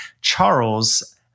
Charles